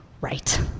right